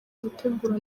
gutegura